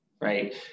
right